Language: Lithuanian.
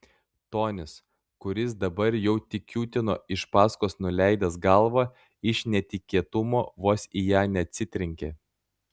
tonis kuris dabar jau tik kiūtino iš paskos nuleidęs galvą iš netikėtumo vos į ją neatsitrenkė